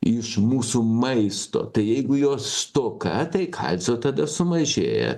iš mūsų maisto tai jeigu jo stoka tai kalcio tada sumažėja